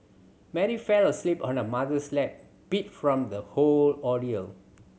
Mary fell asleep on her mother's lap beat from the whole ordeal